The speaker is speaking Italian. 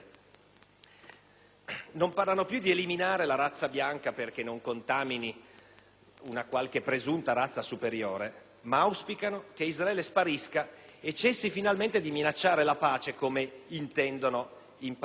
non parlano più di eliminare la razza ebraica perché non contamini una qualche presunta razza superiore, ma auspicano che Israele sparisca e cessi finalmente di minacciare la pace, come intendono in parecchi.